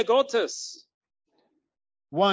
one